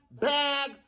Bag